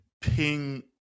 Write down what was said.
ping